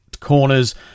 corners